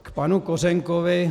K panu Kořenkovi.